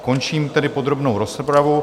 Končím tedy podrobnou rozpravu.